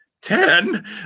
ten